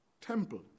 temple